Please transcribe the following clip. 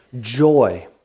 joy